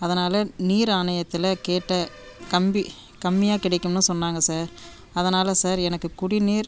அதனால் நீர் ஆணையத்தில் கேட்டேன் கம்பி கம்மியாக கிடைக்கும்னு சொன்னாங்க சார் அதனால் சார் எனக்கு குடிநீர்